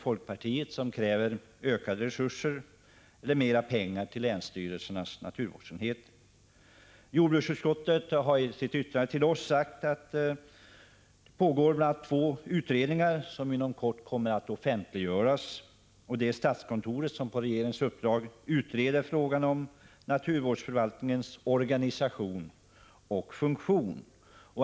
Folkpartiet kräver mer pengar till länsstyrelsernas naturvårdsenheter. Jordbruksutskottet har i sitt yttrande till oss sagt att det pågår två utredningar som inom kort kommer att offentliggöras. Det är statskontoret som på regeringens uppdrag utreder frågan om naturvårdsförvaltningens organisation och funktion.